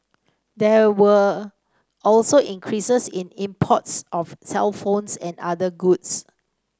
there were also increases in imports of cellphones and other goods